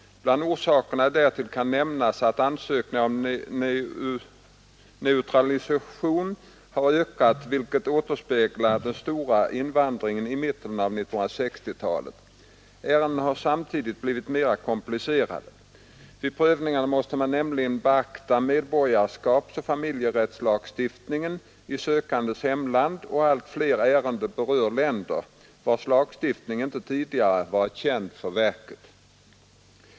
Bland orsakerna härtill kan nämnas att ansökningar om naturalisation har ökat, vilket återspeglar den stora invandringen i mitten av 1960-talet. Ärendena har samtidigt blivit mer komplicerade. Vid prövningen måste man nämligen beakta medborgarskapsoch familjerättslagstiftningen i sökandens hemland och allt fler ärenden berör länder, vilkas lagstiftning inte tidigare har varit känd för verket.